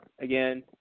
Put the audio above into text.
again